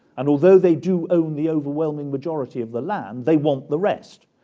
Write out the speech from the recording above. and although they do own the overwhelming majority of the land they want the rest.